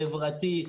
חברתי,